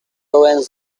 arrange